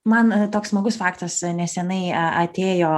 man toks smagus faktas nesenai atėjo